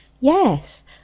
Yes